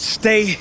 stay